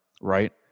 right